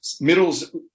Middles